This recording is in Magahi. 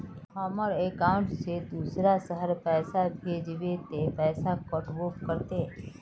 हमर अकाउंट से दूसरा शहर पैसा भेजबे ते पैसा कटबो करते?